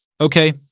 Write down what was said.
Okay